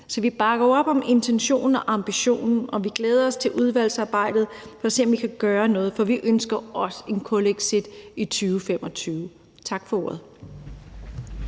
Så vi bakker op om intentionen og ambitionen, og vi glæder os til udvalgsarbejdet for at se, om vi kan gøre noget, for vi ønsker også en kulexit i 2025. Tak for ordet.